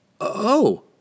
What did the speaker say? Oh